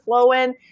flowing